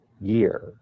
year